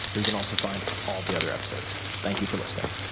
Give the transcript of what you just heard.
where you can also find all the other episodes. thank you for listening.